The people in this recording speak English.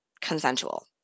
consensual